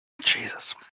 Jesus